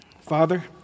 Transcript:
Father